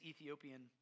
Ethiopian